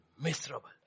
miserable